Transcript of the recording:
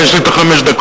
ויש לי את חמש הדקות,